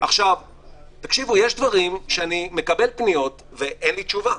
יש דברים שאני מקבל פניות ואין לי תשובה.